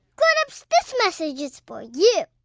grown-ups, this message is for you